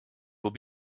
will